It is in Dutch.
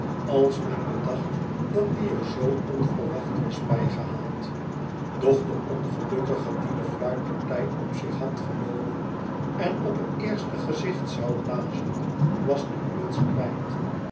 als men bedacht dat die er zoo onverwacht was bijgehaald doch de ongelukkige die de fluitpartij op zich had genomen en op het eerste gezicht zou blazen was de kluts kwijt